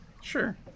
Sure